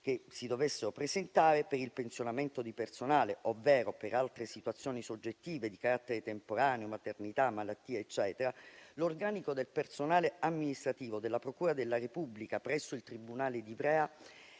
si dovessero presentare per il pensionamento di personale ovvero per altre situazioni soggettive di carattere temporaneo (maternità, malattie, eccetera), l'organico del personale amministrativo della procura della Repubblica presso il tribunale di Ivrea